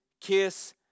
kiss